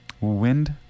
wind